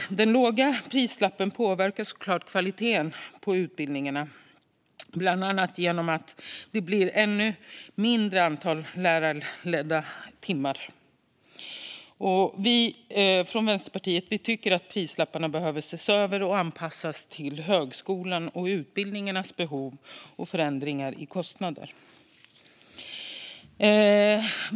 Den låga prislappen påverkar såklart kvaliteten på utbildningarna, bland annat genom att det blir ännu färre lärarledda timmar. Vänsterpartiet tycker att prislapparna behöver ses över och anpassas till högskolans och utbildningarnas behov och förändringar i kostnader.